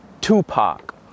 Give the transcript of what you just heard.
Tupac